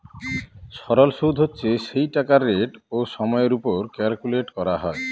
সরল সুদ হচ্ছে সেই টাকার রেট ও সময়ের ওপর ক্যালকুলেট করা হয়